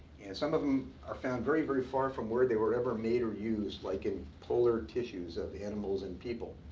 and some of them are found very, very far from where they were ever made or used. like in polar tissues of animals and people.